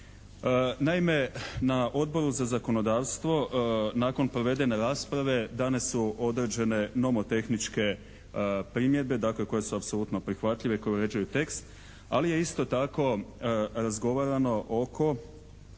Naime, na Odboru za zakonodavstvo nakon provedene rasprave dane su određene nomotehničke primjedbe, dakle koje su apsolutno prihvatljive, koje uređuju tekst. Ali je isto tako razgovarano oko